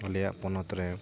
ᱟᱞᱮᱭᱟᱜ ᱯᱚᱱᱚᱛ ᱨᱮ